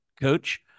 coach